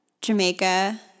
Jamaica